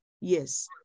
Yes